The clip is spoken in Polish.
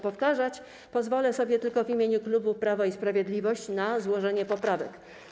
Pozwolę sobie tylko w imieniu kluby Prawo i Sprawiedliwość na złożenie poprawek.